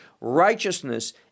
righteousness